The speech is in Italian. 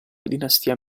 dinastia